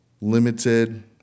limited